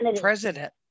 president